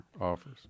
offers